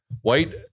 white